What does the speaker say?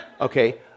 Okay